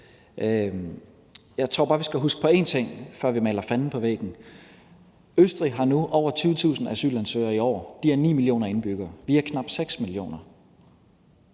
Jeg tror bare, at vi skal huske på én ting, før vi maler fanden på væggen: Østrig har nu over 20.000 asylansøgere i år, de er 9 millioner indbyggere, og vi er knap 6 millioner.